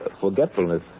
Forgetfulness